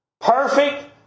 perfect